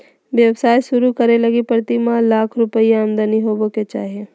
व्यवसाय शुरू करे लगी प्रतिमाह लाख रुपया आमदनी होबो के चाही